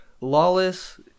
Lawless